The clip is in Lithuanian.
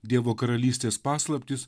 dievo karalystės paslaptys